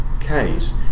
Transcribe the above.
case